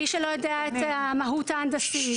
מי שלא יודע את המהות ההנדסית,